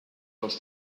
los